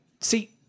See